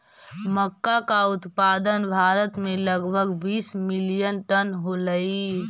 मक्का का उत्पादन भारत में लगभग बीस मिलियन टन होलई